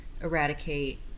eradicate